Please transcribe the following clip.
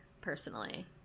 personally